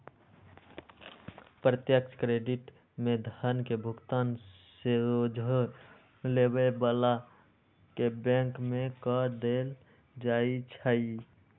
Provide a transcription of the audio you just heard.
प्रत्यक्ष क्रेडिट में धन के भुगतान सोझे लेबे बला के बैंक में कऽ देल जाइ छइ